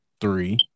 three